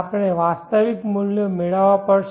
આપણે વાસ્તવિક મૂલ્યો મેળવવા પડશે